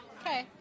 Okay